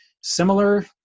Similar